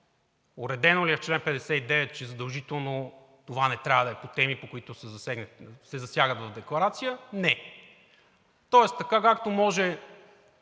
Уредено ли е в чл. 59, че задължително това не трябва да е по теми, които се засягат в декларация? Не. Тоест, така както може